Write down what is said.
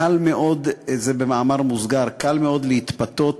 קל מאוד, זה במאמר מוסגר, להתפתות